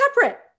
separate